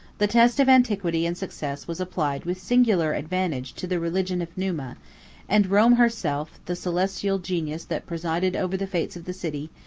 the test of antiquity and success was applied with singular advantage to the religion of numa and rome herself, the celestial genius that presided over the fates of the city,